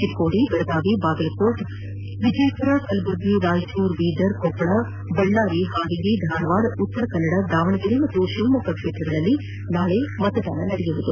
ಚಿಕ್ಕೋಡಿ ಬೆಳಗಾವಿ ಬಾಗಲಕೋಟೆ ವಿಜಯಪುರ ಕಲಬುರಗಿ ರಾಯಚೂರು ಬೀದರ್ ಕೊಪ್ಪಳ ಬಳ್ಳಾರಿ ಹಾವೇರಿ ಧಾರವಾಡ ಉತ್ತರ ಕನ್ನಡ ದಾವಣಗೆರೆ ಮತ್ತು ಶಿವಮೊಗ್ಗ ಕ್ವೇತ್ರಗಳಲ್ಲಿ ಮತದಾನ ನಡೆಯಲಿದೆ